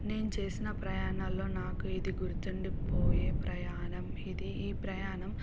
నేను చేసిన ప్రయాణాల్లో నాకు ఇది గుర్తుండిపోయే ప్రయాణం ఇది ఈ ప్రయాణం